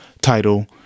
title